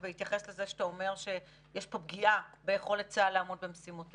ובהתייחס לזה שאתה אומר שיש פה פגיעה ביכולת צה"ל לעמוד במשימותיו.